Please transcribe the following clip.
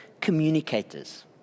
communicators